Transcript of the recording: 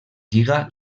lliga